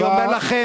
אני אומר לכם,